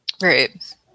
Right